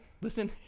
listen